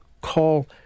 call